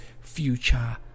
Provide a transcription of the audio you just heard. future